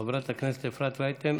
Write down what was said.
חברת הכנסת אפרת רייטן,